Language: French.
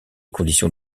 conditions